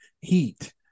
Heat